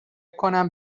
کنم